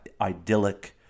idyllic